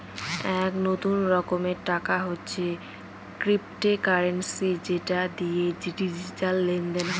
এক নতুন রকমের টাকা হচ্ছে ক্রিপ্টোকারেন্সি যেটা দিয়ে ডিজিটাল লেনদেন হয়